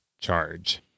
charge